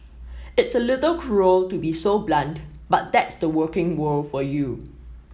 it's a little cruel to be so blunt but that's the working world for you